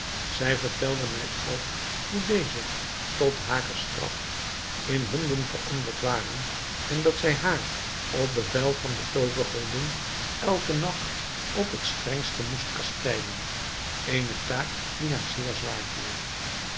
zij vertelde mij ook hoe deze tot hare straf in honden veranderd waren en dat zij haar op bevel van de toovergodin elken nacht op het strengste moest kastijden eene taak die haar zeer zwaar viel